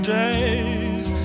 days